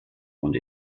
und